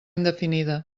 indefinida